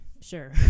sure